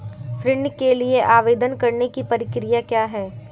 ऋण के लिए आवेदन करने की प्रक्रिया क्या है?